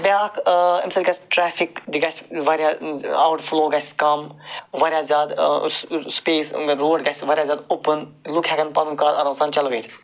بیٛاکھ اَمہِ سۭتۍ گَژھِ ٹرٛیفِک تہِ گَژھِ وارِیاہ آوُٹ فُلو گَژھِ کَم وارِیاہ زیادٕ سُپیس روڈ گَژھِ وارِیاہ زیادٕ اوپُن لُکھ ہٮ۪کن پنُن کار آرام سان چلاوِتھ